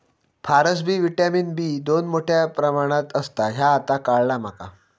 फारसबी vitamin B दोन मोठ्या प्रमाणात असता ह्या आता काळाला माका